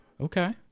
okay